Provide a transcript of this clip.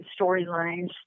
storylines